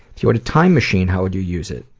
if you had a time machine, how would you use it?